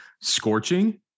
Scorching